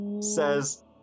says